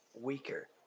weaker